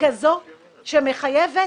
מגיעה מכיוון